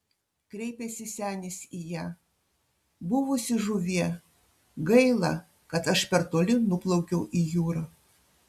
kreipėsi senis į ją buvusi žuvie gaila kad aš per toli nuplaukiau į jūrą